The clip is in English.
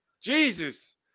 Jesus